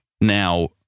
Now